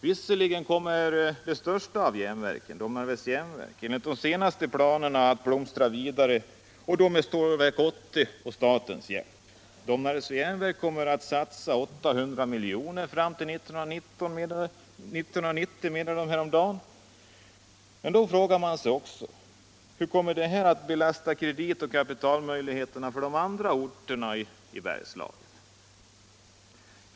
Visserligen kommer det största av järnverken - Domnarvet — enligt de senaste planerna att blomstra vidare och då med Stålverk 80:s och statens hjälp. Domnarvet kommer att satsa 800 miljoner fram till 1990. Då frågar man sig också: Hur kommer detta att belasta kreditoch kapitalmöjligheterna för de andra orterna i Bergslagen?